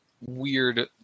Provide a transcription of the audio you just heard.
weird